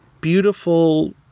beautiful